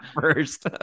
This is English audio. first